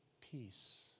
peace